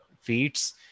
feats